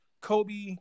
Kobe